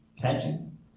catching